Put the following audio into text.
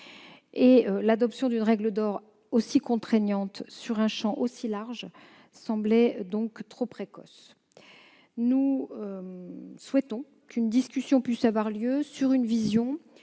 L'adoption d'une règle d'or aussi contraignante sur un champ aussi large semblait donc trop précoce. Nous souhaitons qu'une discussion puisse avoir lieu sur une vision